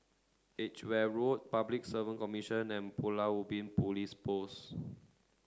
Edgeware Road Public Service Commission and Pulau Ubin Police Post